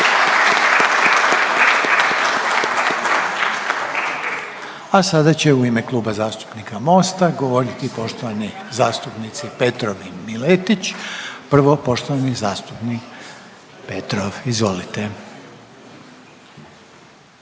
A sada će u ime Kluba zastupnika Mosta govoriti poštovani zastupnici Petrov i Miletić, prvo poštovani zastupnik Petrov, izvolite.